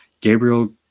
Gabriel